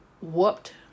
whooped